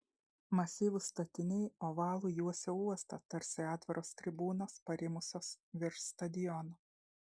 masyvūs statiniai ovalu juosė uostą tarsi atviros tribūnos parimusios virš stadiono